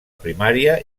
primària